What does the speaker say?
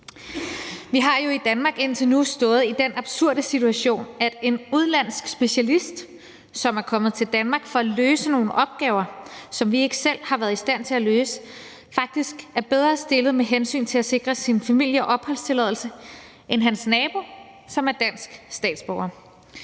Vi har jo i Danmark indtil nu stået i den absurde situation, at en udenlandsk specialist, som er kommet til Danmark for at løse nogle opgaver, som vi ikke selv har været i stand til at løse, faktisk er bedre stillet med hensyn til at sikre sin familie opholdstilladelse end hans nabo, som er dansk statsborger.